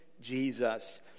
Jesus